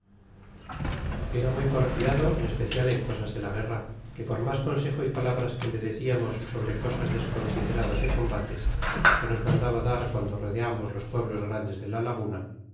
era muy porfiado en especial en cosas de la guerra que por mas consejo y palabras que le deciamos sobre cosas desconsideradas de combates que nos mandaba dar guando rodeamos los pueblos grandes de la laguna